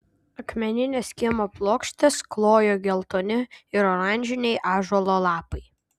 akmenines kiemo plokštes klojo geltoni ir oranžiniai ąžuolo lapai